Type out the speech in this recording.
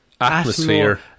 Atmosphere